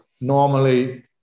normally